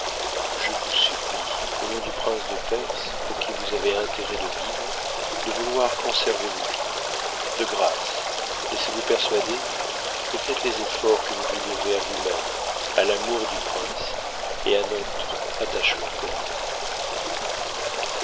je vous supplie au nom du prince de perse pour qui vous avez intérêt de vivre de vouloir conserver vos jours de grâce laissez-vous persuader et faites les efforts que vous vous devez à vousmême à l'amour du prince et à notre attachement pour vous